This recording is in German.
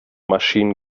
maschinen